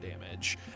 damage